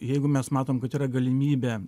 jeigu mes matom kad yra galimybė